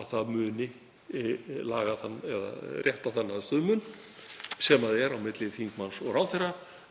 að það muni laga eða rétta þann aðstöðumun sem er á milli þingmanns og ráðherra